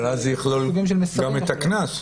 אבל אז זה יכלול גם את הקנס?